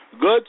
Good